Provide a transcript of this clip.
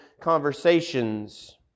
conversations